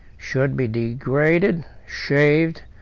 should be degraded, shaved,